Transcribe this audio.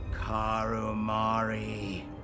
Karumari